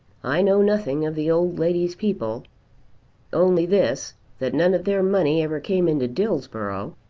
i know nothing of the old lady's people only this that none of their money ever came into dillsborough.